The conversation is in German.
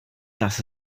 das